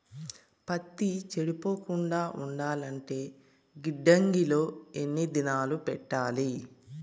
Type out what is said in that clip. పత్తి చెడిపోకుండా ఉండాలంటే గిడ్డంగి లో ఎన్ని దినాలు పెట్టాలి?